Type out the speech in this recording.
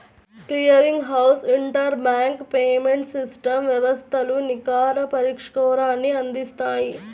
clearing house inter bank payments system వ్యవస్థలు నికర పరిష్కారాన్ని అందిత్తాయి